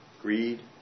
greed